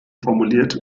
formuliert